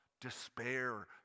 despair